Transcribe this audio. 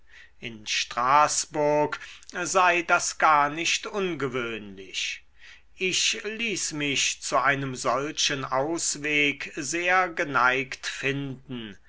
in straßburg sei das gar nicht ungewöhnlich ich ließ mich zu einem solchen ausweg sehr geneigt finden